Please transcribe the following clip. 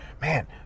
man